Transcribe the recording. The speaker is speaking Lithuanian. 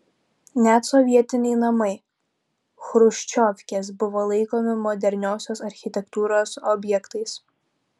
net sovietiniai namai chruščiovkės buvo laikomi moderniosios architektūros objektais